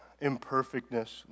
imperfectness